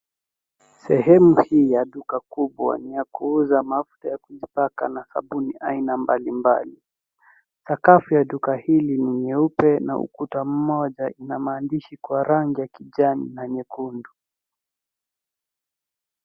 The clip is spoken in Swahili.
Sehemu hii ya duka kubwa ni ya kuuza mafuta ya kujipaka na sabuni aina mbalimbali. Sakafu ya duka hili ni nyeupe na ukuta mmoja ina maandishi kwa rangi ya kijani na nyekundu.